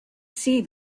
see